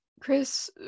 Chris